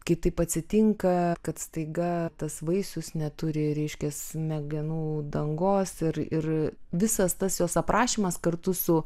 kai taip atsitinka kad staiga tas vaisius neturi reiškias smegenų dangos ir ir visas tas jos aprašymas kartu su